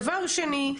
דבר שני: